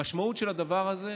המשמעות של הדבר הזה,